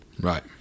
Right